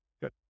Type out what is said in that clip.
Good